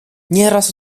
nieraz